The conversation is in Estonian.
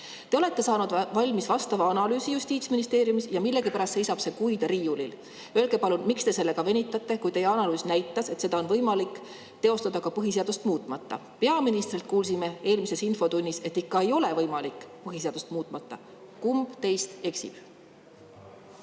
olete saanud valmis vastava analüüsi Justiitsministeeriumis ja millegipärast on see seisnud kuid riiulil. Öelge palun, miks te sellega venitate, kui teie analüüs näitas, et seda on võimalik teostada ka põhiseadust muutmata. Peaministrilt kuulsime eelmises infotunnis, et ikka ei ole võimalik põhiseadust muutmata [seda teha]. Kumb teist eksib?